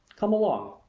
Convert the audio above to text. come along!